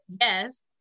yes